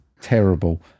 terrible